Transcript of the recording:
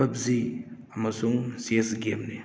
ꯄꯞꯖꯤ ꯑꯃꯁꯨꯡ ꯆꯦꯁ ꯒꯦꯝꯅꯤ